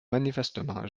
manifestement